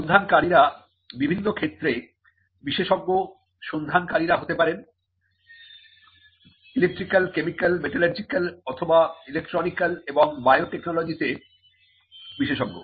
সন্ধানকারীরা বিভিন্ন ক্ষেত্রে বিশেষজ্ঞ সন্ধানকারীরা হতে পারেন ইলেকট্রিক্যাল কেমিক্যাল মেটালার্জিক্যাল অথবা ইলেকট্রনিক্যাল এবং বায়োটেকনোলজিতে বিশেষজ্ঞ